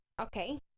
Okay